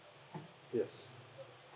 yes